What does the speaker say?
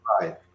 Right